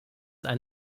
ein